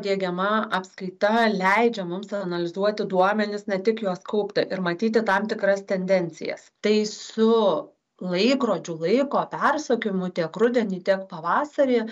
diegiama apskaita leidžia mums analizuoti duomenis ne tik juos kaupti ir matyti tam tikras tendencijas tai su laikrodžių laiko persukimu tiek rudenį tiek pavasarį